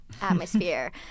atmosphere